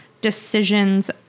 decisions